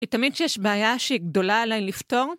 היא תמיד שיש בעיה שהיא גדולה עליי לפתור?